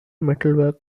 metalwork